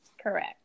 Correct